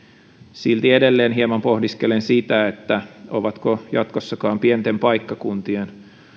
silti edelleen hieman pohdiskelen sitä ovatko jatkossakaan pienten paikkakuntien